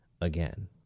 again